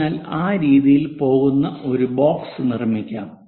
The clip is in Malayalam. അതിനാൽ ആ രീതിയിൽ പോകുന്ന ഒരു ബോക്സ് നിർമ്മിക്കാം